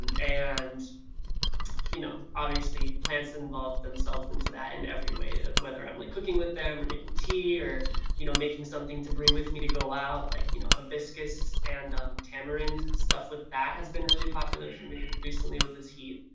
and and you know obviously plants involve themselves into that in every way whether i'm like cooking with them, or making tea, or you know making something to bring with me to go out, like you know hibiscus and tamarind, stuff with that has been really popular for me recently with this heat.